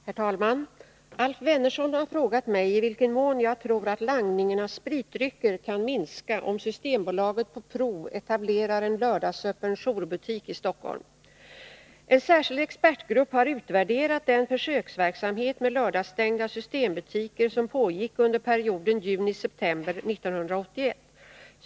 Herr talman! Alf Wennerfors har frågat mig i vilken mån jag tror att langningen av spritdrycker kan minska om Systembolaget på prov etablerar en lördagsöppen jourbutik i Stockholm. En särskild expertgrupp har utvärderat den försöksverksamhet med lördagsstängda systembutiker som pågick under perioden juni-september 1981.